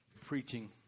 preaching